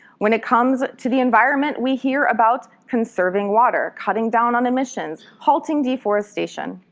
when it comes to the environment, we hear about conserving water, cutting down on emissions, halting deforestation.